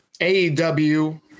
AEW